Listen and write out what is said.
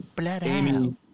Amy